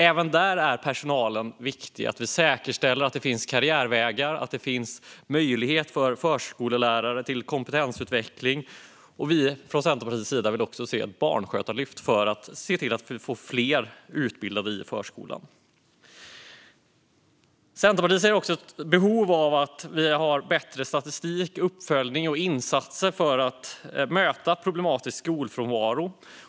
Även där är personalen viktig, och därför är det viktigt att vi säkerställer att det finns karriärvägar och möjlighet till kompetensutveckling för förskollärare. Vi från Centerpartiet vill också se ett barnskötarlyft för att få fler utbildade i förskolan. Centerpartiet ser också ett behov av bättre statistik, uppföljning och insatser för att möta problematisk skolfrånvaro.